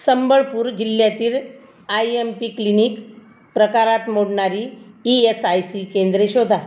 संबळपूर जिल्ह्यातील I M P clinic प्रकारात मोडणारी ई एस आय सी केंद्रे शोधा